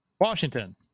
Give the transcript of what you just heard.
Washington